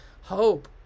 hope